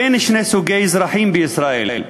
אין שני סוגי אזרחים בישראל,